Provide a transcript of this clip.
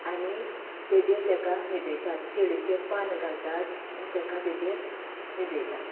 आनीक तेजेर ताका न्हिदयतात केळीचें पान घालतात आनी ताका तेजेर न्हिदयतात